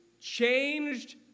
changed